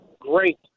great